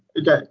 Okay